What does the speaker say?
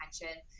attention